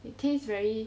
it tastes very